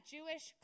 Jewish